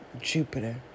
Jupiter